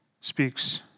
speaks